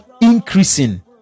increasing